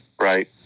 right